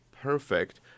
perfect